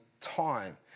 time